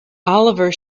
oliver